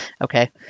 Okay